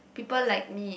people like me